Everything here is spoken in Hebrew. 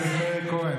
הביתה, רפורמי.